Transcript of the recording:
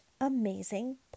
amazing